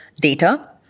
data